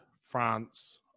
France